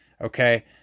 Okay